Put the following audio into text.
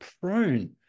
prone